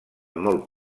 molt